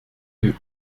eut